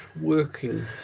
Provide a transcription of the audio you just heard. working